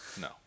No